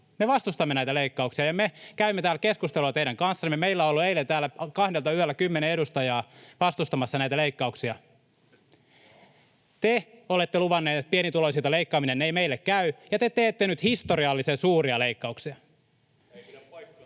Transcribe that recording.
me vastustamme näitä leikkauksia, ja me käymme täällä keskustelua teidän kanssanne. Meillä on ollut eilen täällä kahdelta yöllä 10 edustajaa vastustamassa näitä leikkauksia. Te olette luvanneet, että ”pienituloisilta leikkaaminen ei meille käy”, ja te teette nyt historiallisen suuria leikkauksia.